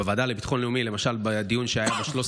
בוועדה לביטחון לאומי למשל בדיון שהיה ב-13